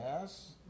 yes